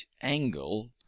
angle